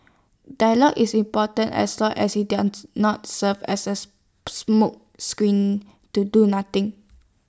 dialogue is important as long as IT does not serve as A smokescreen to do nothing